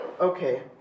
Okay